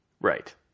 Right